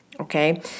Okay